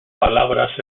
palabras